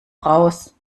raus